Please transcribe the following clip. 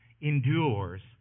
endures